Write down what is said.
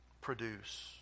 produce